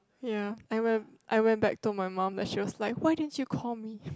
ya I went I went back to my mum and she was like why didn't you call me